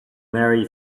marry